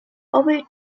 away